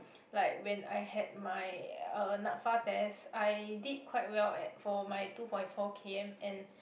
like when I had my uh NAPFA test I did quite well at for my two point four K_M and